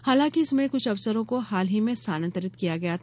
हालांकि इसमें से कुछ अफसरों को हाल ही में स्थानांतरित किया गया था